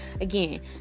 again